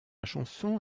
chanson